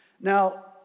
Now